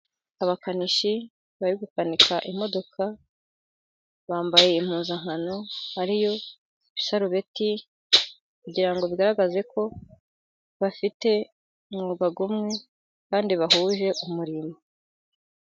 Abakanishi bari gukanika imodoka bambaye impuzankano ariyo isarubeti ,kugira ngo bigaragaze ko bafite umwuga umwe, kandi bahuje umurimo.